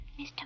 Mr